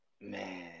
man